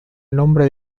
nombre